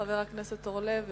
חברי הכנסת אורלב וכהן,